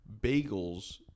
bagels